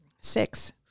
six